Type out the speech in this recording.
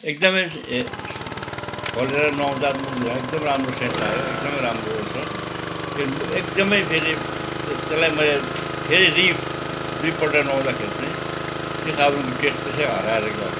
एकदमै खोलेर नुहाउँदा मुख धुँदा एकदमै राम्रो सेन्ट आयो एकदमै राम्रो रहेछ फेरि एकदमै फेरि त्यसलाई मैले फेरि रि दुईपल्ट नुहाउँदाखेरि चाहि त्यो साबुनको टेस त्यसै हराएर गयो